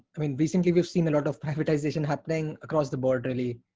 i mean recently we've seen a lot of privatisation happening across the board really.